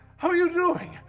how are you doing?